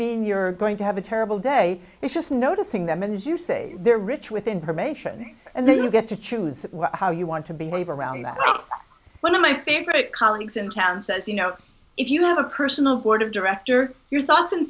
mean you're going to have a terrible day it's just noticing them and as you say they're rich with information and then you get to choose how you want to behave around that was one of my favorite colleagues in town says you know if you have a personal board of director your thoughts and